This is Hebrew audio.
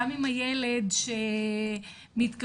גם אם הילד שמתקשר,